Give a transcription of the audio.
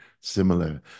similar